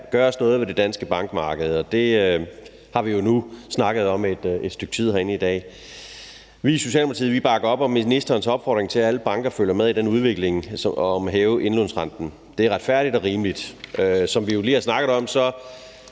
gøres noget ved det danske bankmarked, og det har vi jo nu snakket om et stykke tid herinde i dag. Vi i Socialdemokratiet bakker op om ministerens opfordring til, at alle banker følger med i den udvikling og hæver indlånsrenten. Det er retfærdigt og rimeligt. Som vi jo lige har snakket om, er